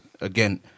again